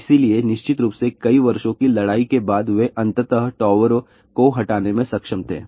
इसलिए निश्चित रूप से कई वर्षों की लड़ाई के बाद वे अंततः टावरों को हटाने में सक्षम थे